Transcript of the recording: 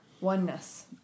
oneness